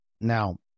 Now